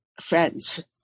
friends